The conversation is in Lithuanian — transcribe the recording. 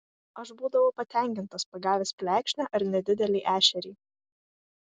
aš būdavau patenkintas pagavęs plekšnę ar nedidelį ešerį